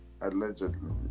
allegedly